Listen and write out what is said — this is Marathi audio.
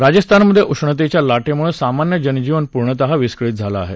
राजस्थानमधे उष्णतेच्या लाटेमुळं सामान्य जनजीवन पूर्णतः विस्कळीत झालं आहे